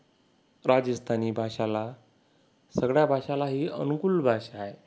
राजस्थानी भाषाला सगळ्या भाषालाही अनुकूल भाषा आहे